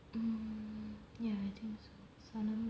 mm ya I think so sanam